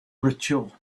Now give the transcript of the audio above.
ritual